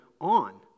on